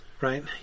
right